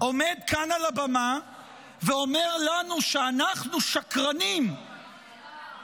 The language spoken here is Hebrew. עומד כאן על הבמה ואומר לנו שאנחנו שקרנים כשאנחנו